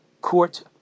court